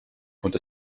und